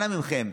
אנא מכם,